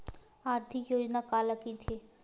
आर्थिक योजना काला कइथे?